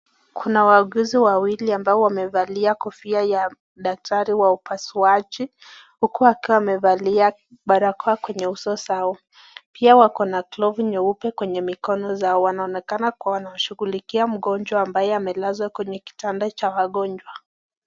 Kuna wauuguzi wawili ambao wamevalia kofia ya daktari wa upasuaji huku wakiwa wamevalia barakoa kwa uso zao. Pia wakona glovu nyeupe kwenye mikono zao, wanaonekana kuwa wanashughulikia mgonjwa ambaye amelazwa kwenye kitanda cha wagonjwa.